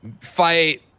fight